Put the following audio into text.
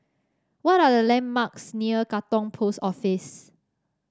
what are the landmarks near Katong Post Office